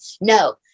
no